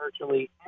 virtually